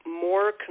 more